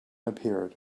appeared